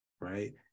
right